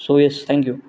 so yes thank you